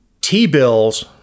T-bills